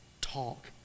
talk